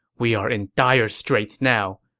we're in dire straits now.